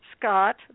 Scott